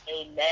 Amen